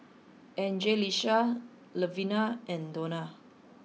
Anjelica Levina and Donna